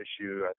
issue